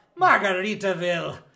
Margaritaville